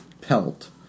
pelt